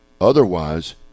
otherwise